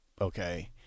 Okay